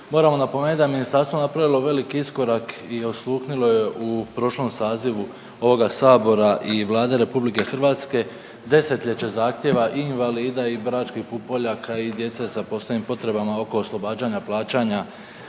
Moram napomenuti da je ministarstvo napravilo veliki iskorak i osluhnulo je u prošlom sazivu ovoga Sabora i Vlade RH desetljeće zahtjeva i invalida i Bračkih pupoljaka i djece sa posebnim potrebama oko oslobađanja plaćanja